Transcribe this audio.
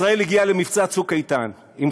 ישראל הגיעה למבצע "צוק איתן" עם